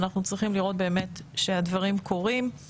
אנחנו צריכים לראות שהדברים קורים.